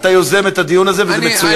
על כך, אתה יוזם את הדיון הזה, וזה מצוין.